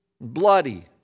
bloody